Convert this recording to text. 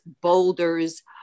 boulders